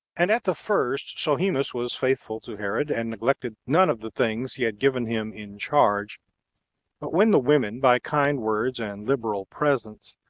and at the first sohemus was faithful to herod, and neglected none of the things he had given him in charge but when the women, by kind words and liberal presents,